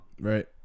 Right